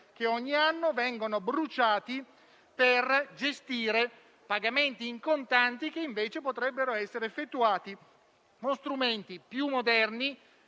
che ogni anno vengono bruciati per gestire i pagamenti in contanti, che invece potrebbero essere effettuati con strumenti più moderni,